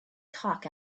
talk